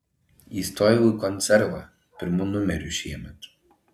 įstojau į konservą pirmu numeriu šiemet